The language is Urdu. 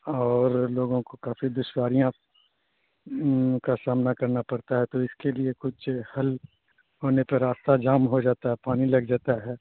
اور لوگوں کو کافی دشواریاں کا سامنا کرنا پڑتا ہے تو اس کے لیے کچھ حل اور نہیں تو راستہ جام ہو جاتا ہے پانی لگ جاتا ہے